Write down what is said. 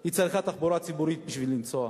היא צריכה תחבורה ציבורית בשביל לנסוע,